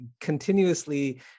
continuously